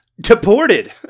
Deported